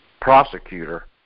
prosecutor